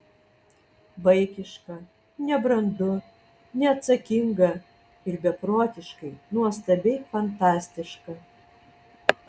vaikiška nebrandu neatsakinga ir beprotiškai nuostabiai fantastiška